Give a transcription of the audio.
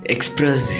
Express